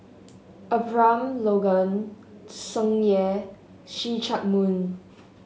Abraham Logan Tsung Yeh See Chak Mun